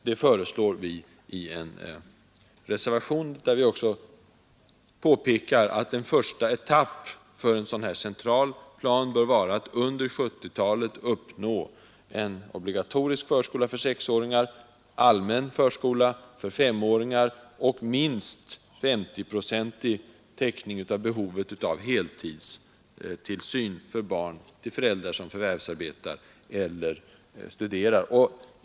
Detta föreslår vi i en reservation, där vi också säger att en första etapp för en sådan central plan bör vara att under 1970-talet uppnå en obligatorisk förskola för sexåringar, allmän förskola för femåringar och minst 50-procentig täckning av behovet av heltidstillsyn för barn till föräldrar som förvärvsarbetar eller studerar.